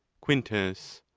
quintus.